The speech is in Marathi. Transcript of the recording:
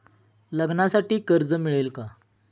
लग्नासाठी कर्ज मिळेल का?